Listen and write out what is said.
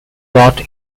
plot